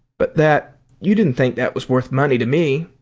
but that you didn't think that was worth money to me?